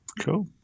Cool